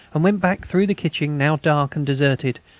and went back through the kitchen, now dark and deserted.